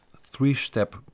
three-step